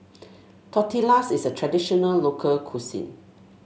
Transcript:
tortillas is a traditional local cuisine